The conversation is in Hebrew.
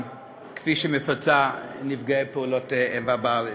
כפי שהיא מפצה נפגעי פעולות איבה בארץ,